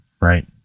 right